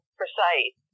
precise